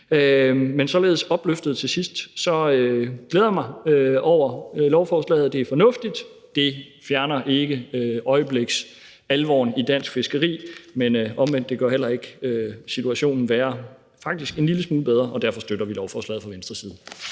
Men således opløftet vil jeg til sidst sige, at jeg glæder mig over lovforslaget. Det er fornuftigt – det fjerner ikke øjebliksalvoren for dansk fiskeri, men omvendt gør det heller ikke situationen værre, faktisk en lille smule bedre, og derfor støtter vi fra Venstres side